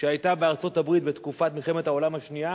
שהיתה בארצות-הברית בתקופת מלחמת העולם השנייה,